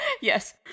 Yes